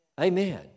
Amen